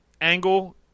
angle